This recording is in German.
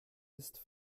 ist